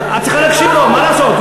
את צריכה להקשיב לו, מה לעשות.